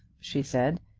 she said,